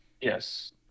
Yes